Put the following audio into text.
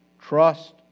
trust